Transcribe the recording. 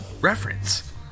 reference